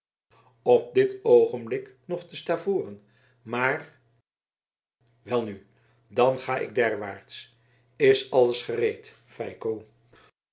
op dit oogenblik nog te stavoren maar welnu dan ga ik derwaarts is alles gereed